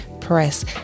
press